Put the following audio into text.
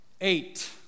eight